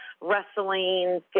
wrestling